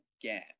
again